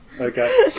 okay